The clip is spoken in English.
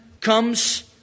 comes